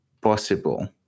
possible